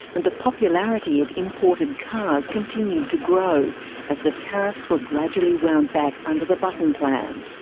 and the popularity of imported cars continued to grow as the tariffs were gradually wound back under the button plan,